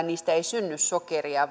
niistä ei synny sokeria